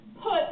Put